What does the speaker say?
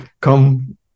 come